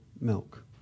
milk